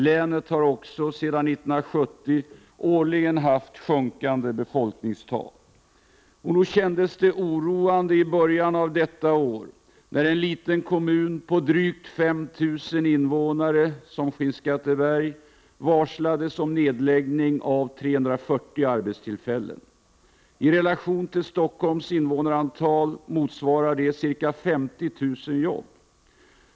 Länet har också sedan 1970 årligen haft sjunkande befolkningstal. Nog kändes det oroande i början av detta år, när det i en liten kommun som Skinnskatteberg, med drygt 5 000 invånare, varslades om nedläggning av 340 arbetstillfällen. I relation till Stockholms invånarantal motsvarar det ca 50 000 jobb.